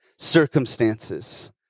Circumstances